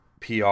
PR